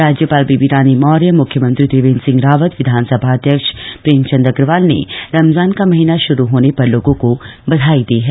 राज्यपाल बेबी रानी मौर्य मुख्यमंत्री त्रिवेन्द्र सिंह रावत विधानसभा अध्यक्ष प्रेमचंद अग्रवाल ने रमजान का महीना शुरू होने पर लोगों को बधाई दी है